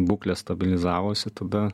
būklė stabilizavosi tada